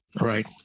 Right